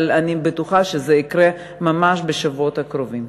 אבל אני בטוחה שזה יקרה ממש בשבועות הקרובים.